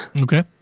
Okay